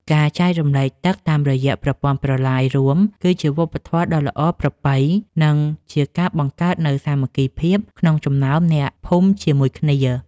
ការចែករំលែកទឹកតាមរយៈប្រព័ន្ធប្រឡាយរួមគឺជាវប្បធម៌ដ៏ល្អប្រពៃ និងជាការបង្កើតនូវសាមគ្គីភាពក្នុងចំណោមអ្នកភូមិជាមួយគ្នា។